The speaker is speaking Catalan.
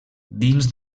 dins